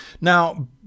Now